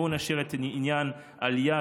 בואו נשאיר את עניין העלייה,